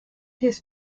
his